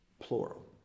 plural